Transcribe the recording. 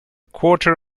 quarter